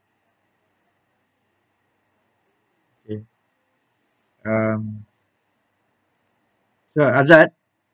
ok um ya uh azad